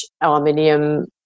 aluminium